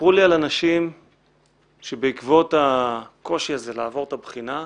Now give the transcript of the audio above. וסיפרו לי על אנשים שבעקבות הקושי הזה לעבור את הבחינה התגרשו,